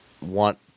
want